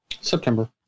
September